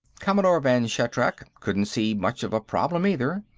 commodore vann shatrak couldn't see much of a problem, either.